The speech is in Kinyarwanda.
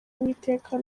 uwiteka